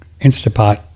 Instapot